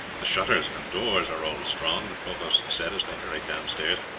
the shutters and doors are all strong, the provost said as they hurried downstairs,